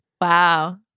Wow